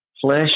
Flesh